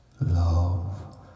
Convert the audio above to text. Love